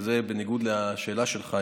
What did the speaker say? וזה בניגוד לשאלה שלך,